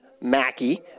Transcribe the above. Mackie